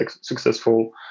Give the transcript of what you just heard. successful